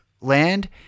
land